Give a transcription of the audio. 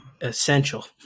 essential